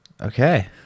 Okay